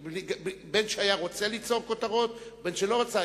בין שהיה רוצה ליצור כותרות ובין שלא רצה,